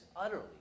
utterly